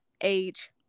age